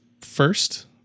First